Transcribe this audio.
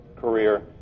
career